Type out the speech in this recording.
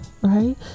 right